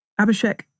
Abhishek